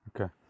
okay